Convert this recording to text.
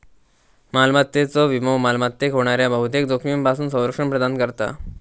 मालमत्तेचो विमो मालमत्तेक होणाऱ्या बहुतेक जोखमींपासून संरक्षण प्रदान करता